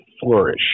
flourish